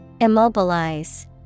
Immobilize